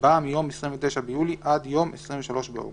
בא 'מיום 29 ביולי עד יום 23 באוגוסט'."